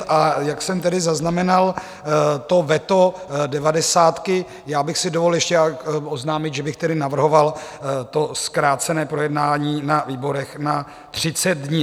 A jak jsem tedy zaznamenal veto devadesátky, já bych si dovolil ještě oznámit, že bych tedy navrhoval zkrácené projednání na výborech na 30 dní.